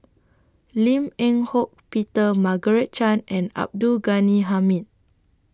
Lim Eng Hock Peter Margaret Chan and Abdul Ghani Hamid